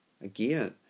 Again